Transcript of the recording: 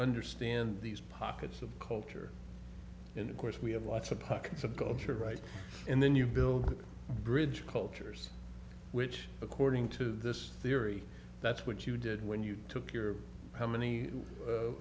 understand these pockets of culture and of course we have lots of pockets of culture right and then you build a bridge of cultures which according to this theory that's what you did when you took your how many